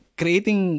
creating